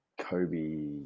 Kobe